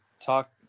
talk